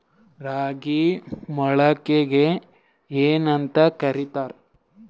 ರಾಗಿ ಮೊಳಕೆಗೆ ಏನ್ಯಾಂತ ಕರಿತಾರ?